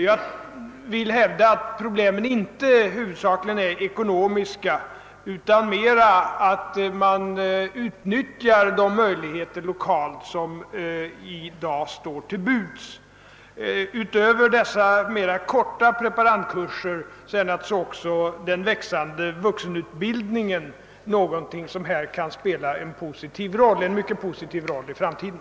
Jag vill hävda att problemet huvudsakligen inte är ekonomiskt utan snarare att se till att de resurser som står till buds utnyttjas. Utöver dessa korta preparandkurser kommer naturligtvis den växande vuxenutbildningen i detta avseende att spela en mycket positiv roll i framtiden.